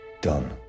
done